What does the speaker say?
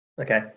Okay